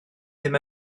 ddim